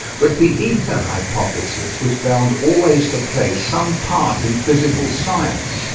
but the ether hypothesis was bound always to play some part in physical science,